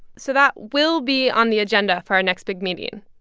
so that will be on the agenda for our next big meeting.